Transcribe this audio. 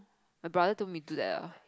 my brother told me to do that ah